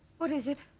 what is it?